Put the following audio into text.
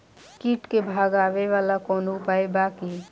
कीट के भगावेला कवनो उपाय बा की?